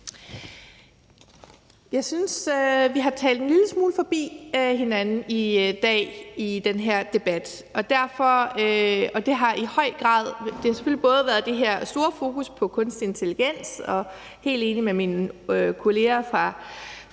Jeg synes, at vi har talt en lille smule forbi hinanden i dag i den her debat. Det har selvfølgelig i høj grad været på grund af det her store fokus på kunstig intelligens, og jeg er helt enig med mine kolleger fra Liberal